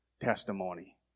testimony